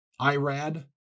Irad